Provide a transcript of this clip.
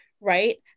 right